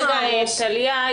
רק רגע, טליה.